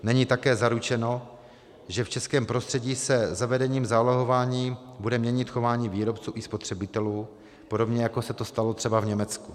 Není také zaručeno, že v českém prostředí se zavedením zálohování bude měnit chování výrobců i spotřebitelů, podobně jako se to stalo třeba v Německu.